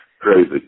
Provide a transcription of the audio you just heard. crazy